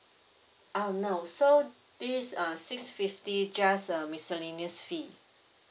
um no so this uh six fifty just a miscellaneous fee